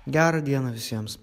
gera diena visiems